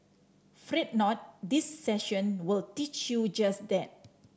fret not this session will teach you just that